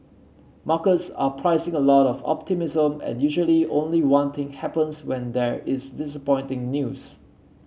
markets are pricing a lot of optimism and usually only one thing happens when there is disappointing news